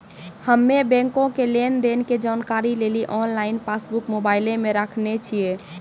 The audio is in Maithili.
हम्मे बैंको के लेन देन के जानकारी लेली आनलाइन पासबुक मोबाइले मे राखने छिए